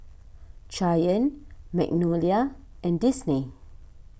Giant Magnolia and Disney